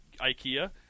Ikea